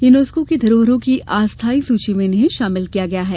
UNESCO की धरोहरों की अस्थायी सूची में इन्हें शामिल किया गया है